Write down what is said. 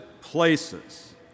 places